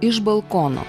iš balkono